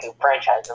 franchise